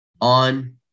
on